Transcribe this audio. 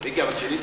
הפתעה.